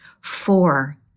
Four